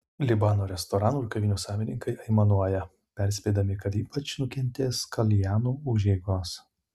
libano restoranų ir kavinių savininkai aimanuoja perspėdami kad ypač nukentės kaljanų užeigos